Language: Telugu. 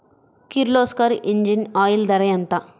కిర్లోస్కర్ ఇంజిన్ ఆయిల్ ధర ఎంత?